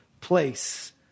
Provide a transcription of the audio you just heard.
place